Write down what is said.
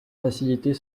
faciliter